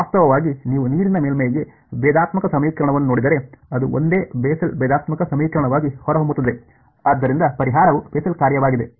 ವಾಸ್ತವವಾಗಿ ನೀವು ನೀರಿನ ಮೇಲ್ಮೈಗೆ ಭೇದಾತ್ಮಕ ಸಮೀಕರಣವನ್ನು ನೋಡಿದರೆ ಅದು ಒಂದೇ ಬೆಸೆಲ್ ಭೇದಾತ್ಮಕ ಸಮೀಕರಣವಾಗಿ ಹೊರಹೊಮ್ಮುತ್ತದೆ ಆದ್ದರಿಂದ ಪರಿಹಾರವು ಬೆಸೆಲ್ ಕಾರ್ಯವಾಗಿದೆ